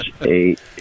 eight